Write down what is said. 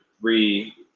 three